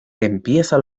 empieza